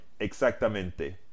exactamente